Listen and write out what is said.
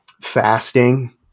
fasting